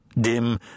Dim